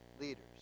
leaders